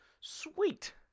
Sweet